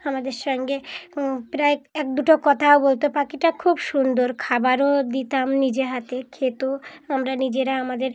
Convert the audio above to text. আমাদের সঙ্গে প্রায় এক দুটো কথাও বলত পাখিটা খুব সুন্দর খাবারও দিতাম নিজে হাতে খেত আমরা নিজেরা আমাদের